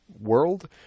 world